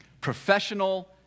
Professional